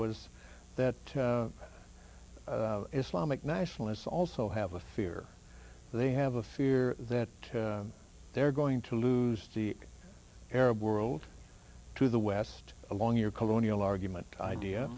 was that islamic nationalists also have a fear they have a fear that they're going to lose the arab world to the west along your colonial argument idea